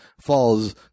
falls